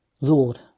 Lord